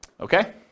Okay